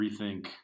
rethink